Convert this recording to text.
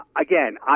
again